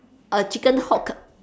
a chicken hook